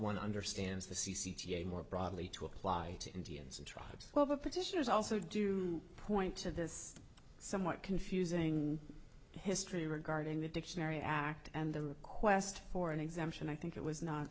one understands the c c t a more broadly to apply to indians and tribes well the petitioners also do point to this somewhat confusing history regarding the dictionary act and the request for an exemption i think it was not